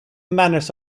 manors